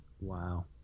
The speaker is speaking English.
Wow